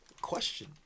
Question